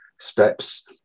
steps